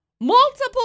multiple